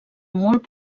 molt